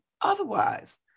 otherwise